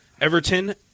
Everton